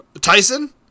Tyson